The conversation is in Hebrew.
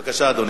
בבקשה, אדוני.